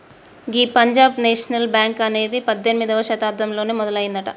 గీ Punjab national bank అనేది పద్దెనిమిదవ శతాబ్దంలోనే మొదలయ్యిందట